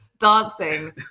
dancing